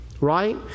right